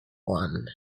one